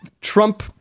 Trump